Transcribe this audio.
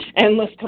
Endless